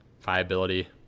viability